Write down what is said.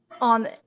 on